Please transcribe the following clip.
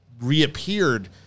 reappeared